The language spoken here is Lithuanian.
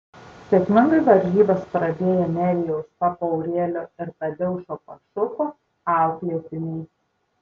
sėkmingai varžybas pradėjo nerijaus papaurėlio ir tadeušo pašuko auklėtiniai